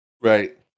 Right